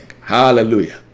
Hallelujah